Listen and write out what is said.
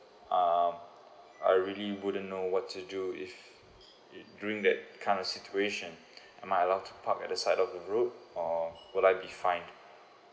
um I really wouldn't know what to do if it during that kind of situation am I allow to park at the side of the road or will I be fined